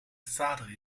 vader